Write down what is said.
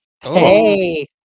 Hey